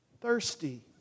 thirsty